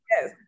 yes